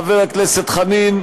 חבר הכנסת חנין,